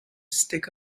stick